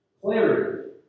clarity